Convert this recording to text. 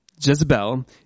Jezebel